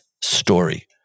story